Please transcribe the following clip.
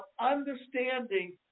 understanding